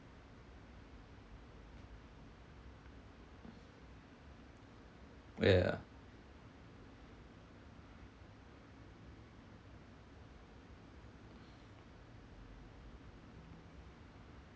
where ah